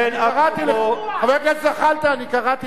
חבר הכנסת זחאלקה, מספיק.